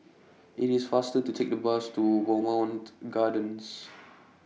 IT IS faster to Take The Bus to Bowmont Gardens